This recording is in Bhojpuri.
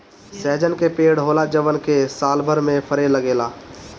सहजन के पेड़ होला जवन की सालभर में फरे लागेला